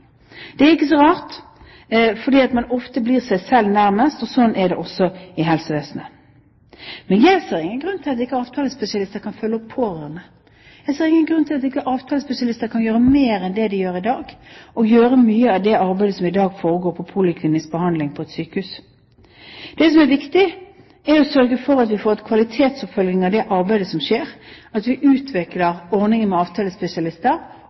Det er ikke så rart, fordi man ofte er seg selv nærmest, og slik er det også i helsevesenet. Jeg ser ingen grunn til at ikke avtalespesialistene kan følge opp pårørende. Jeg ser ingen grunn til at ikke avtalespesialister kan gjøre mer enn det de gjør i dag, gjøre mye av det arbeidet som i dag foregår i poliklinisk behandling på et sykehus. Det som er viktig, er å sørge for at vi får en kvalitetsoppfølging av det arbeidet som skjer, at vi utvikler ordningen med avtalespesialister,